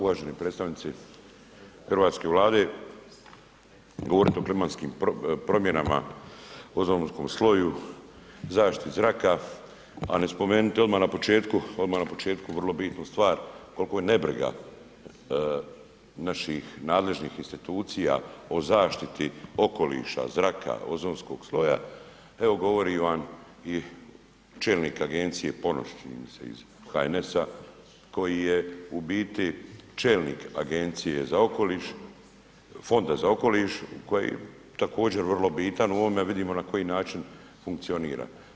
Uvaženi predstavnici hrvatske Vlade, govorit o klimatskim promjenama, ozonskom sloju, zaštiti zraka, a ne spomenuti odma na početku, odma na početku vrlo bitnu stvar koliko je nebriga naših nadležnih institucija o zaštiti okoliša, zraka, ozonskog sloja, evo govori vam i čelnik agencije Ponoš čini mi se, iz HNS-a koji je u biti čelnik Agencije za okoliš, fonda za okoliš, koji je također vrlo bitan u ovome, vidimo na koji način funkcionira.